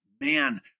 man